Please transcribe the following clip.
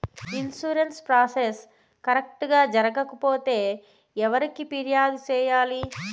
insurance process correct గా జరగకపోతే ఎవరికి ఫిర్యాదు సేయాలి